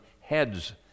heads